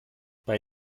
bei